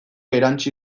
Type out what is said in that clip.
erantsi